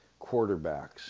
quarterbacks